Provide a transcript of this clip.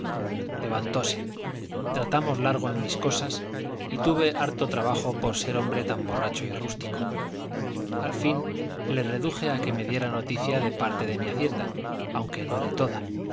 retorno levantóse tratamos largo en mis cosas y tuve harto trabajo por ser hombre tan borracho y rústico al fin le reduje a que me diera noticia de parte de mi hacienda aunque no de toda